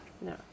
No